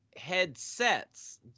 headsets